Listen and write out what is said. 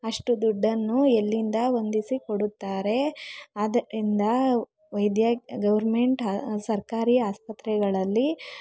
ಅಷ್ಟು ದುಡ್ಡನ್ನು ಎಲ್ಲಿಂದ ಹೊಂದಿಸಿ ಕೊಡುತ್ತಾರೆ ಆದ್ದರಿಂದ ವೈದ್ಯ ಗವರ್ನ್ಮೆಂಟ್ ಸರ್ಕಾರಿ ಆಸ್ಪತ್ರೆಗಳಲ್ಲಿ